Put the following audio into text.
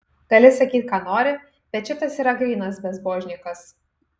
gali sakyt ką nori bet šitas yra grynas bezbožnikas